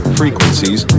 frequencies